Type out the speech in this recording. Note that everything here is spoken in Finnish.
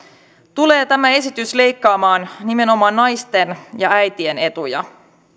tulee tämä esitys leikkaamaan nimenomaan naisten ja äitien etuja